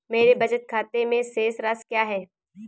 मेरे बचत खाते में शेष राशि क्या है?